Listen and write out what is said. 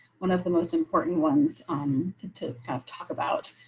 one of the most important ones on to to kind of talk about.